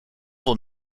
will